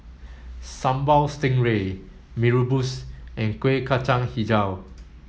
Sambal Stingray Mee Rebus and Kueh Kacang Hijau